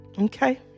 Okay